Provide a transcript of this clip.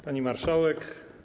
Pani Marszałek!